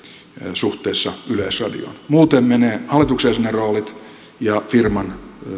suhteessa yleisradioon muuten menevät hallituksen jäsenen roolit ja firman